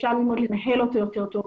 אפשר ללמוד לנהל אותו יותר טוב.